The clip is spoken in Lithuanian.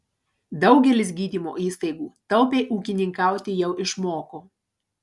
daugelis gydymo įstaigų taupiai ūkininkauti jau išmoko